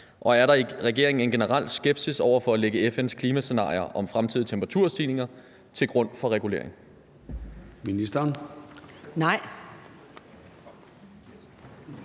og er der i regeringen en generel skepsis over for at lægge FN’s klimascenarier om fremtidige temperaturstigninger til grund for regulering? Kl.